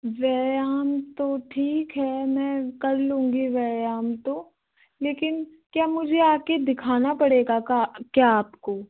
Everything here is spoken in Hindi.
व्यायाम तो ठीक है मैं कर लूँगी व्यायाम तो लेकिन क्या मुझे आके दिखाना पड़ेगा का क्या आपको